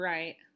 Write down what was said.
Right